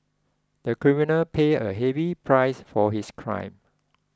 the criminal paid a heavy price for his crime